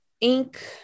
ink